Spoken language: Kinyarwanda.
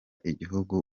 igihugu